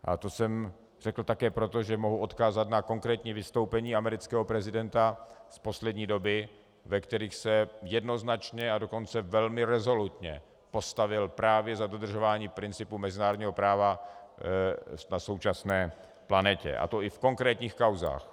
A to jsem řekl také proto, že mohu odkázat na konkrétní vystoupení amerického prezidenta z poslední doby, ve kterých se jednoznačně, a dokonce velmi rezolutně postavil právě za dodržování principu mezinárodního práva na současné planetě, a to i v konkrétních kauzách.